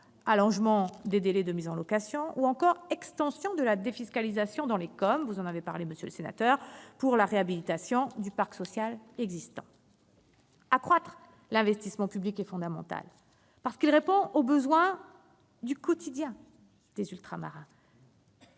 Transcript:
allongement des délais de mise en location ou encore extension de la défiscalisation dans les collectivités d'outre-mer pour la réhabilitation du parc social existant. Accroître l'investissement public est fondamental pour répondre aux besoins du quotidien des Ultramarins.